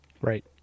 Right